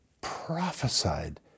prophesied